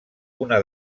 una